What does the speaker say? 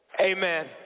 amen